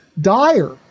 dire